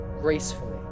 gracefully